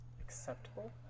Acceptable